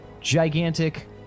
gigantic